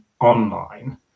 online